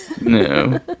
No